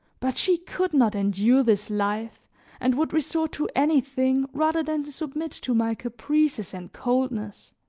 but she could not endure this life and would resort to anything rather than submit to my caprices and coldness.